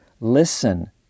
Listen